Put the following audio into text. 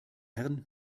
herrn